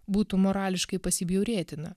būtų morališkai pasibjaurėtina